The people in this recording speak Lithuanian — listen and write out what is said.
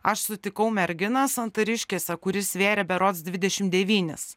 aš sutikau merginą santariškėse kuris svėrė berods dvidešim devynis